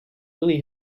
really